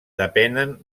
depenen